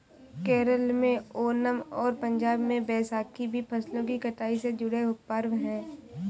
केरल में ओनम और पंजाब में बैसाखी भी फसलों की कटाई से जुड़े पर्व हैं